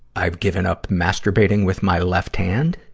i've given up masturbating with my left hand.